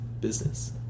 business